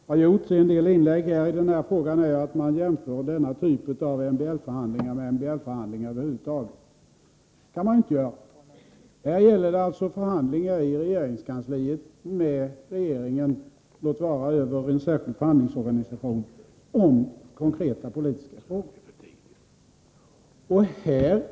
Herr talman! Det grundläggande misstag som har gjorts i en del inlägg i den här frågan är att man jämför med MBL-förhandlingar över huvud taget. Det kan man inte göra. Här gäller det förhandlingar i regeringskansliet med regeringen — låt vara över en särskild förhandlingsorganisation — om konkreta politiska frågor.